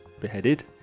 beheaded